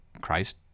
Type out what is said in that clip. Christ